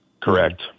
Correct